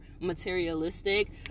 materialistic